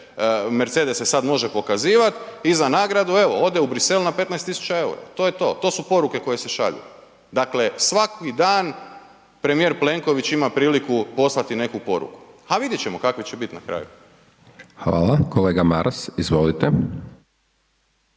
Mercedes se sad može pokazivat i za nagradu evo ode u Brisel na 15.000,00 EUR-a, to je to, to su poruke koje se šalju. Dakle, svaki dan premijer Plenković ima priliku poslati neku poruku, a vidjet ćemo kakvi će bit na kraju. **Hajdaš Dončić, Siniša